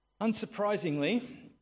Unsurprisingly